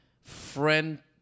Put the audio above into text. friend